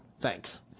Thanks